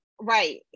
right